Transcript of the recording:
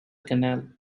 canal